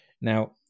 Now